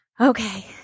Okay